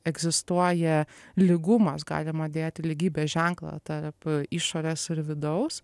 egzistuoja lygumas galima dėti lygybės ženklą tarp išorės ir vidaus